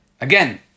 Again